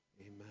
Amen